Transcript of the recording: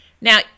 Now